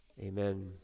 amen